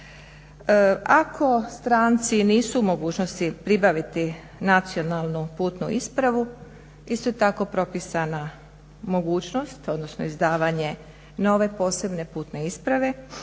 Ako stranci nisu u mogućnosti pribaviti nacionalnu, putnu ispravu isto tako propisana mogućnost, odnosno izdavanje nove posebne putne isprave,